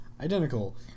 identical